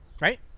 right